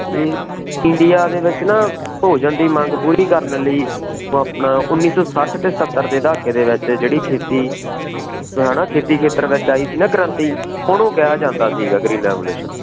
ਇਹ ਇੰਡੀਆ ਦੇ ਵਿੱਚ ਨਾ ਭੋਜਨ ਦੀ ਮੰਗ ਪੂਰੀ ਕਰਨ ਲਈ ਆਪਣਾ ਉੱਨੀ ਸੌ ਸੱਠ ਅਤੇ ਸੱਤਰ ਦੇ ਦਹਾਕੇ ਦੇ ਵਿੱਚ ਜਿਹੜੀ ਖੇਤੀ ਹੈ ਨਾ ਖੇਤੀ ਖੇਤਰ ਵਿੱਚ ਆਈ ਸੀ ਨਾ ਕ੍ਰਾਂਤੀ ਉਹਨੂੰ ਕਿਹਾ ਜਾਂਦਾ ਸੀਗਾ ਗਰੀਨ ਰੈਵਲਿਊਸ਼ਨ